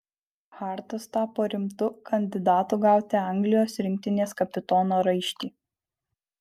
hartas tapo rimtu kandidatu gauti anglijos rinktinės kapitono raištį